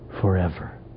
forever